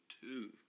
two